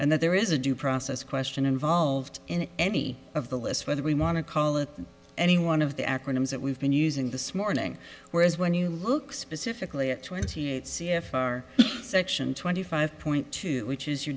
and that there is a due process question involved in any of the lists whether we want to call it any one of the acronyms that we've been using the smartening whereas when you look specifically at twenty eight c f r section twenty five point two which is your